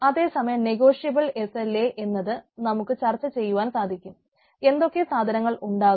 അതെ സമയം നെഗോഷ്യബിൾ ആകും